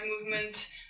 movement